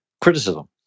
criticism